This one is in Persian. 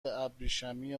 ابریشمی